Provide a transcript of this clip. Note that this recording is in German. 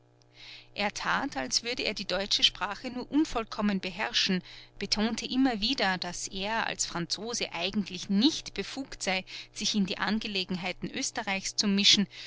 er tat als würde er die deutsche sprache nur unvollkommen beherrschen betonte immer wieder daß er als franzose eigentlich nicht befugt sei sich in die angelegenheiten oesterreichs zu mischen